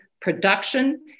production